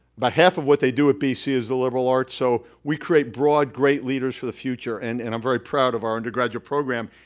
but half of what they do at bc is the liberal arts. so we create broad, great leaders for the future. and and i'm very proud of our undergraduate program.